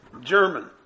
German